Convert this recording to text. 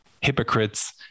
hypocrites